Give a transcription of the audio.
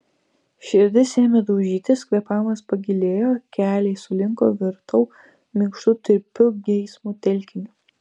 širdis ėmė daužytis kvėpavimas pagilėjo keliai sulinko virtau minkštu tirpiu geismo telkiniu